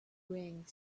bring